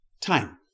time